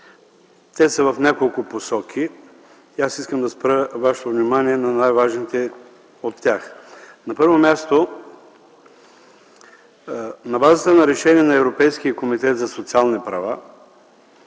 Те са в няколко посоки и аз искам да спра вашето внимание на най-важните от тях. На първо място, на базата на решение на Европейския комитет за социални права